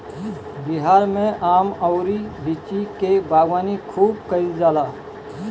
बिहार में आम अउरी लीची के बागवानी खूब कईल जाला